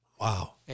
Wow